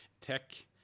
tech